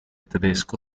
tedesco